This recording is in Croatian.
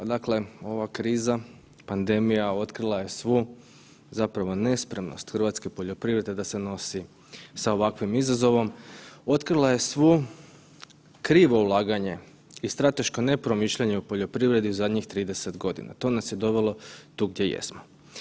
Dakle ova kriza, pandemija otkrila je svu zapravo nespremnost hrvatske poljoprivrede da se nosi sa ovakvim izazovom, otkrila je svo krivo ulaganje i strateško nepromišljanje u poljoprivredi zadnjih 30 godina, to nas je dovelo tu gdje jesmo.